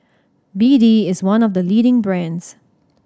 B D is one of the leading brands